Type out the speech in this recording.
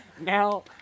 Now